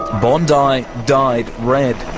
bondi dyed dyed red.